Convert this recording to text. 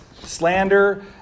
Slander